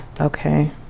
Okay